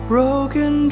Broken